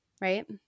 right